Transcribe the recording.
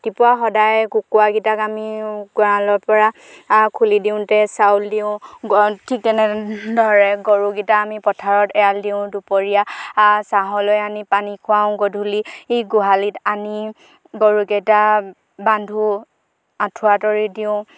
ৰাতিপুৱা সদায় কুকুৰাগিটাক আমি গঁড়ালৰ পৰা খুলি দিওঁতে চাউল দিওঁ ঠিক তেনেদৰে গৰুগিটা আমি পথাৰত এৰাল দিওঁ দুপৰীয়া ছাঁহলৈ আনি পানী খুৱাওঁ গধূলি গোহালিত আনি গৰুকেইটা বান্ধোঁ আঁঠুৱা তৰি দিওঁ